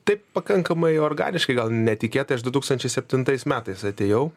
taip pakankamai organiškai gal netikėtai aš du tūkstančiai septintais metais atėjau